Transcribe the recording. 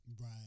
Right